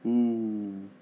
oo